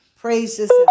praises